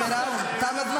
חברת הכנסת מירב, תם הזמן.